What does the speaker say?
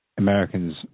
Americans